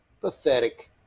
Pathetic